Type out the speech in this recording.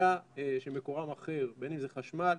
אלא שמקורם אחר,